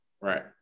Right